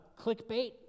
clickbait